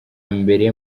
mbere